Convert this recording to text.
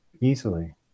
easily